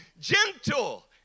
gentle